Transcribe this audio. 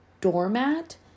doormat